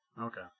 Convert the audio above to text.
Okay